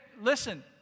Listen